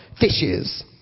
fishes